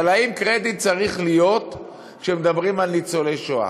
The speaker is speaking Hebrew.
אבל האם קרדיט צריך להיות כשמדברים על ניצולי שואה?